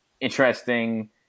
interesting